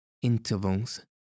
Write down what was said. Intervals